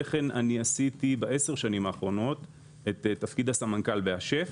כן בעשר השנים האחרונות עשיתי את תפקיד הסמנכ"ל בהשף.